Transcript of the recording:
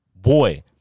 boy